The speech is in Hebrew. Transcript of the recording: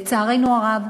לצערנו הרב,